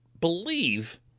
believe